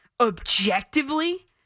objectively